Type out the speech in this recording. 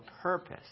purpose